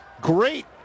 great